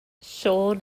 siôn